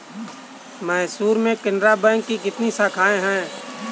मैसूर में केनरा बैंक की कितनी शाखाएँ है?